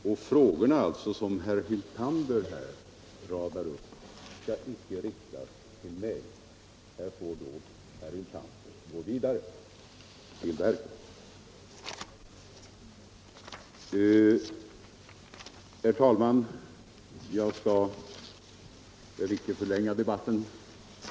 De frågor som herr Hyltander här radar upp skall därför icke riktas till mig. Herr Hyltander får här gå vidare till riksförsäkringsverket. Herr talman! Jag skall icke ytterligare förlänga debatten.